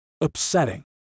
upsetting